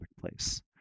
place